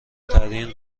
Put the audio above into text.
ترین